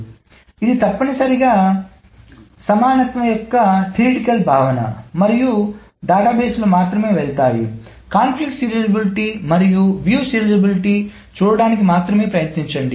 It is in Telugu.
కాబట్టి ఇది తప్పనిసరిగా సమానత్వం యొక్క సైద్ధాంతిక భావన మరియు డేటాబేస్లు మాత్రమే వెళ్తాయి సంఘర్షణ సీరియలైజబిలిటీ మరియు వీక్షణ సీరియలైజబిలిటీని చూడటానికి మాత్రమే ప్రయత్నించండి